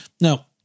Now